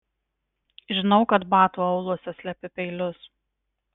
žinau kad batų auluose slepi peilius